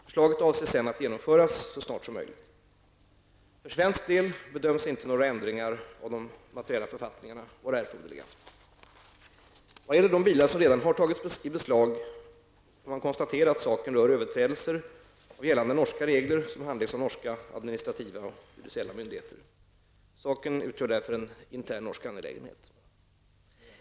Förslaget avses att sedan genomföras så snart som möjligt. För svensk del bedöms inte några ändringar av de materiella författningarna vara erforderliga. Vad gäller de bilar som redan har tagits i beslag kan konstateras att saken rör överträdelser av gällande norska regler som handläggs av norska administrativa och judiciella myndigheter. Saken utgör därför en intern norsk angelägenhet.